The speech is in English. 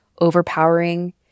overpowering